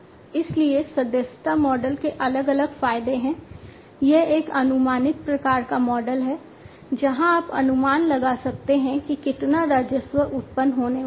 इसलिए सदस्यता मॉडल के अलग अलग फायदे हैं यह एक अनुमानित प्रकार का मॉडल है जहां आप अनुमान लगा सकते हैं कि कितना राजस्व उत्पन्न होने वाला है